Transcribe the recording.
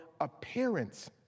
appearance